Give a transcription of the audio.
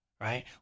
Right